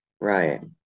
Right